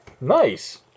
Nice